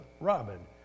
Robin